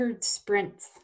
sprints